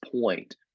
point